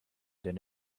than